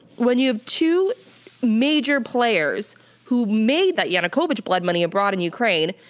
when you have two major players who made that yanukovych blood money abroad in ukraine,